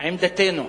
עמדתנו,